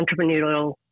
entrepreneurial